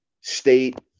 State